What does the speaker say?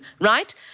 right